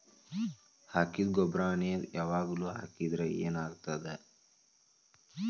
ಹಾಕಿದ್ದ ಗೊಬ್ಬರಾನೆ ಯಾವಾಗ್ಲೂ ಹಾಕಿದ್ರ ಏನ್ ಆಗ್ತದ?